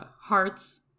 hearts